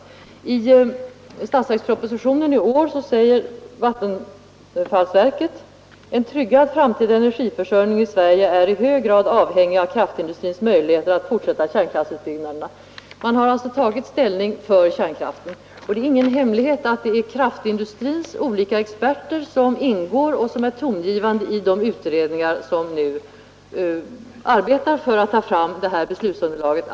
Enligt statsverkspropositionen i år säger vattenfallsverket: ”En tryggad framtida energiförsörjning i Sverige är därför i hög grad avhängig av kraftindustrins möjligheter att fortsätta kärnkraftutbyggnaderna.” Man har alltså tagit ställning för kärnkraften, och det är ingen hemlighet att det är kraftindustrins olika experter som ingår och är tongivande i de utredningar som nu arbetar för att ta fram beslutsunderlaget.